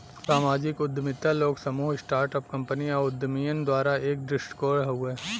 सामाजिक उद्यमिता लोग, समूह, स्टार्ट अप कंपनी या उद्यमियन द्वारा एक दृष्टिकोण हउवे